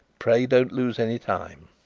pray don't lose any time